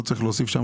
לא צריך להוסיף?